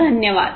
धन्यवाद